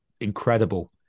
incredible